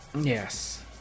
Yes